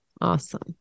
Awesome